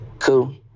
cool